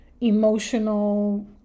emotional